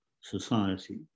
society